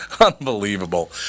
Unbelievable